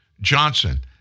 Johnson